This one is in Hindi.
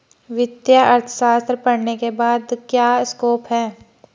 वित्तीय अर्थशास्त्र पढ़ने के बाद क्या स्कोप है?